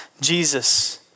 Jesus